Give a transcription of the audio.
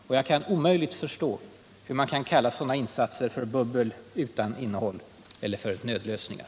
Och jag kan omöjligt förstå hur man kan kalla sådana insatser för ”bubbel utan innehåll” eller ”nödlösningar”.